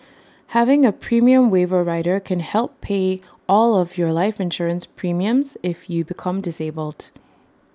having A premium waiver rider can help pay all of your life insurance premiums if you become disabled